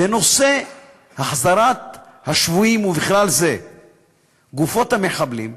ונושא החזרת השבויים, ובכלל זה גופות המחבלים,